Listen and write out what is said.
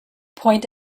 point